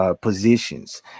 positions